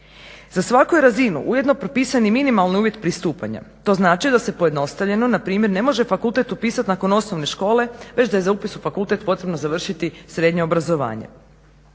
Za svaku je razinu ujedno propisan i minimalni uvjet pristupanja. To znači da se pojednostavljeno na primjer ne može fakultet upisati nakon osnovne škole već da je za upis u fakultet potrebno završiti srednje obrazovanje.